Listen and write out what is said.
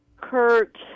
Kurt